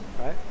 right